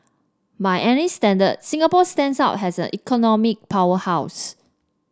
by any standard Singapore stands out as an economic powerhouse